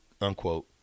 Unquote